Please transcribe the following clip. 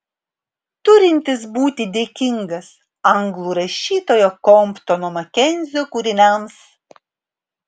turintis būti dėkingas anglų rašytojo komptono makenzio kūriniams